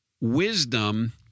wisdom